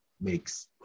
makes